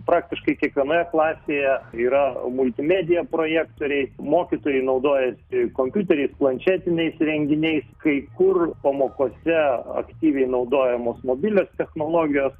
praktiškai kiekvienoje klasėje yra multimedija projektoriai mokytojai naudojasi kompiuteriais planšetiniais įrenginiais kai kur pamokose aktyviai naudojamos mobilios technologijos